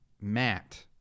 Matt